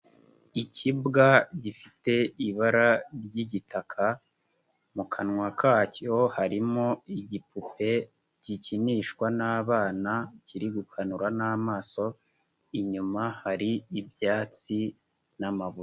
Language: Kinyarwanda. Ikibwa gifite ibara ry'igitaka, mu kanwa kacyo harimo igipupe gikinishwa n'abana kiri gukanura n'amaso, inyuma hari ibyatsi n'amabuye.